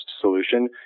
solution